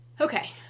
Okay